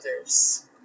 others